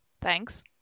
thanks